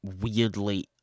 weirdly